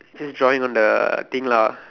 just drawing on the thing lah